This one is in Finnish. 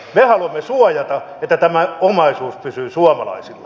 me haluamme suojata että tämä omaisuus pysyy suomalaisilla